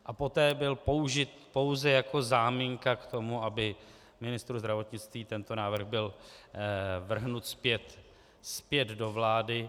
A poté byl použit pouze jako záminka k tomu, aby ministru zdravotnictví tento návrh byl vrhnut zpět do vlády.